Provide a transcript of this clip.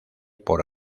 por